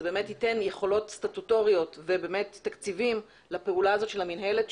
זה ייתן יכולות סטטוטוריות ותקציבים לפעולה הזאת של המינהלת,